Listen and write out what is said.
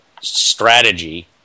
strategy